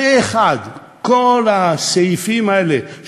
פה-אחד, את כל הסעיפים האלה,